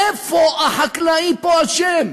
איפה החקלאי פה אשם?